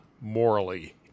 morally